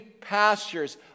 pastures